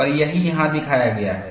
और यही यहाँ दिखाया गया है